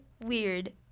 weird